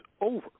over